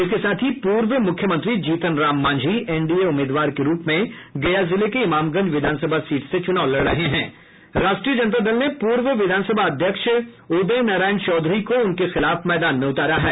इसके साथ ही पूर्व मुख्यमंत्री जीतन राम मांझी एनडीए उम्मीदवार के रूप में गया जिले के इमामगंज विधानसभा सीट से चुनाव लड़ रहे हैं राष्ट्रीय जनता दल ने पूर्व विधानसभा अध्यक्ष उदय नारायण चौधरी को उनके खिलाफ मैदान में उतारा है